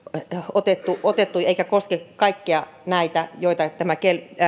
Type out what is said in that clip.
otettu otettu eikä koske kaikkia näitä joita tämä